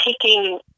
taking